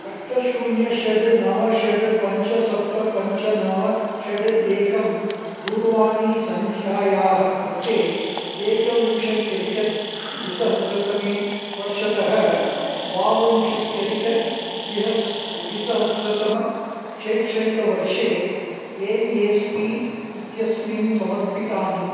अष्ट शून्य षड् नव षड् पञ्च सप्त पञ्च नव षड् एकं दूरवाणीसङ्ख्यायाः कृते एकविंशति अधिक द्विसहस्त्रतमे वर्षतः द्वाविंशत्यदिक द्विह द्विसहस्त्रतम शैक्षणिकवर्षे एन् एस् पी इत्यस्मिन् समर्पितानि